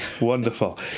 wonderful